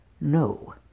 No